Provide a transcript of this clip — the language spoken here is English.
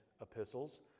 epistles